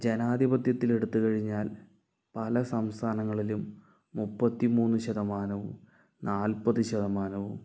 ജനാധിപത്യത്തിൽ എടുത്തു കഴിഞ്ഞാൽ പല സംസ്ഥാനങ്ങളിലും മുപ്പത്തിമൂന്നു ശതമാനവും നാൽപ്പതു ശതമാനവും